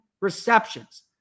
receptions